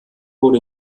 wurde